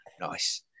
Nice